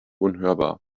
unhörbar